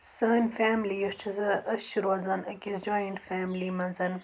سٲنۍ فیملِی یۄس چھِ زِ أسۍ چھِ روٗزان أکِس جۄایِنٛٹ فیملی منٛز